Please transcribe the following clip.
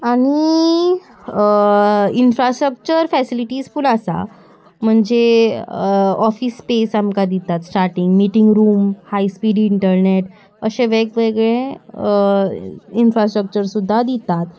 आनी infrastructure facilities पूण आसा म्हणजे ऑफीस स्पेस आमकां दितात starting meeting room high speed internet अशे वेगवेगळे इन्फ्रास्ट्रक्चर सुद्दां दितात